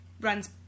runs